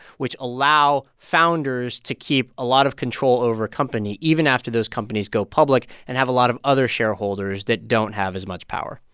which allow founders to keep a lot of control over a company even after those companies go public and have a lot of other shareholders that don't have as much power?